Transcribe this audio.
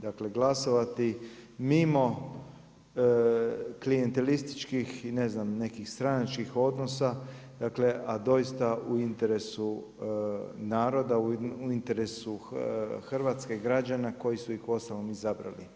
Dakle, glasovati mimo klijentelističkih i ne znam nekih stranačkih odnosa, dakle a doista u interesu naroda, u interesu Hrvatske, građana koji su ih uostalom izabrali.